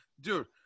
dude